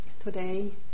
Today